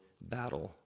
battle